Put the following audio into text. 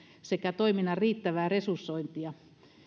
sekä toiminnan riittävää resursointia